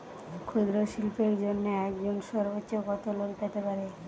ক্ষুদ্রশিল্পের জন্য একজন সর্বোচ্চ কত লোন পেতে পারে?